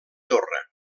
torre